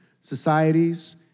societies